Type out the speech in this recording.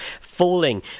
falling